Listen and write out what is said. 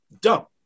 dumb